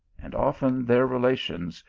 and often their relations,